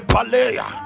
Palea